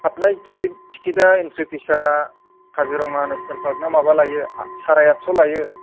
हाबनाय टिकेट टिकेटआ एनट्रि फिसआ काजिर'ङा नेसनेल पार्क ना माबा लायो आ साराइ आथस' लायो